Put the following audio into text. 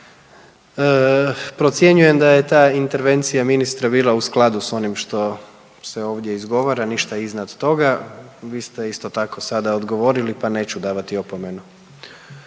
Procjenjujem da je ta intervencija ministra bila u skladu s onim što se ovdje izgovara, ništa iznad toga, vi ste isto tako sada odgovorili pa neću davati opomenu.